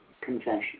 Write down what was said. Confession